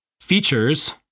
features